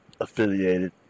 affiliated